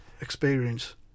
experience